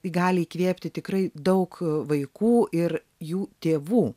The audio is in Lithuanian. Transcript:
gali įkvėpti tikrai daug vaikų ir jų tėvų